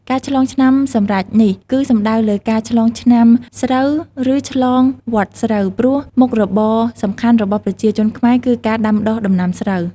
ការឆ្លងឆ្នាំសម្រេចនេះ គឺសំដៅដល់ ការឆ្លងឆ្នាំស្រូវ ឬ ឆ្លងវដ្តស្រូវ ព្រោះមុខរបរសំខាន់របស់ប្រជាជនខ្មែរគឺការដាំដុះដំណាំស្រូវ។